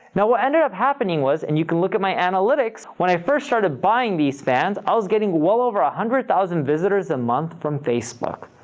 now, what ended up happening was, and you can look at my analytics, when i first started buying these fans i was getting well over one ah hundred thousand visitors a month from facebook.